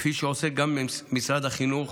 כפי שעושה גם משרד החינוך,